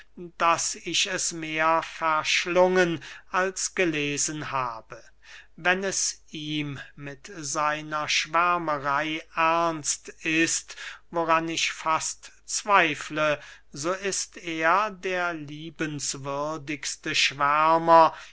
daß ich es mehr verschlungen als gelesen habe wenn es ihm mit seiner schwärmerey ernst ist woran ich fast zweifle so ist er der liebenswürdigste schwärmer